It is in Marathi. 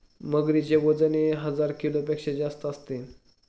मगरीचे वजनही हजार किलोपेक्षा जास्त असते